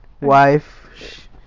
wife